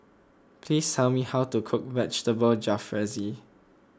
please tell me how to cook Vegetable Jalfrezi